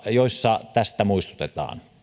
joissa tästä muistutetaan